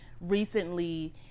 recently